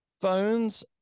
phones